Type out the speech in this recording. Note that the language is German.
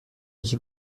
ich